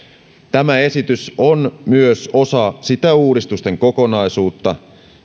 tämä esitys on myös osa sitä uudistusten kokonaisuutta jolla